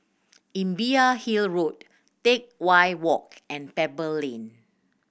Imbiah Hill Road Teck Whye Walk and Pebble Lane